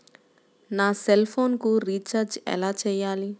నా సెల్ఫోన్కు రీచార్జ్ ఎలా చేయాలి?